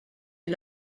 est